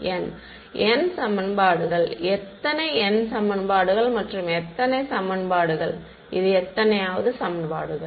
மாணவர் n n சமன்பாடுகள் எத்தனை n சமன்பாடுகள் மற்றும் எத்தனை சமன்பாடுகள் இது எத்தனையாவது சமன்பாடுகள்